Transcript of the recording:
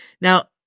Now